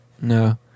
No